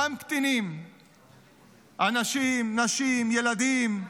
גם קטינים, אנשים, נשים, ילדים,